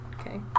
Okay